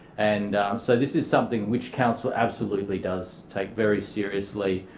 and so this is something which council absolutely does take very seriously.